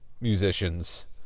musicians